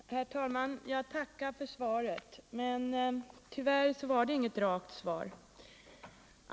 Herr talman! Jag tackar för svaret, men tyvärr var det inget rakt svar.